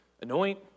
anoint